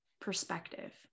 perspective